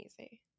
easy